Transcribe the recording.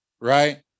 right